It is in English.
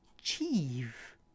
achieve